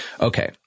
Okay